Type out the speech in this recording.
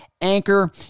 Anchor